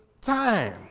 time